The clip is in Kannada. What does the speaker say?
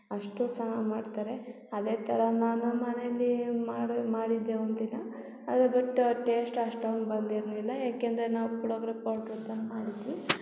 ಅಷ್ಟು ಚೆನ್ನಾಗಿ ಮಾಡ್ತಾರೆ ಅದೆ ಥರ ನಾನು ಮನೆಯಲ್ಲಿ ಮಾಡು ಮಾಡಿದ್ದೆ ಒಂದು ದಿನ ಆದರೆ ಬಟ್ ಟೇಶ್ಟ್ ಅಷ್ಟೊಂದು ಬಂದಿರಲಿಲ್ಲ ಏಕೆಂದರೆ ನಾವು ಪುಳ್ಯೋಗ್ರೆ ಪೌಡ್ರು ತಂದು ಮಾಡಿದ್ವಿ